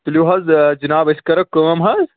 تُلِو حظ جِناب أسۍ کَرو کٲم حظ